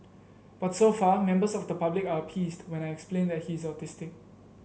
but so far members of the public are appeased when I explain that he's autistic